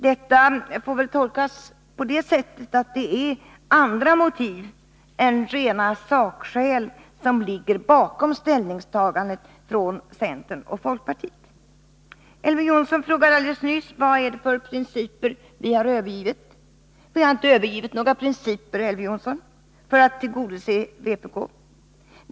Det får väl fattas så, att det är andra motiv än rena sakskäl som ligger bakom ställningstagandet från centern och folkpartiet. Elver Jonsson frågade alldeles nyss vilka principer vi har övergivit. Men vi har inte övergivit några principer, Elver Jonsson.